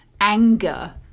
anger